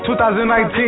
2019